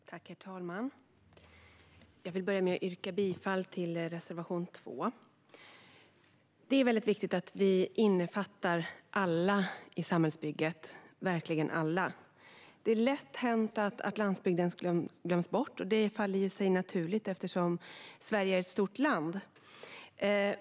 Herr talman! Jag vill börja med att yrka bifall till reservation 2. Det är väldigt viktigt att vi verkligen innefattar alla i samhällsbygget. Det är lätt hänt att landsbygden glöms bort; det faller sig naturligt eftersom Sverige är ett stort land.